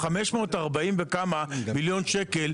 ה-540 וכמה מיליון שקל,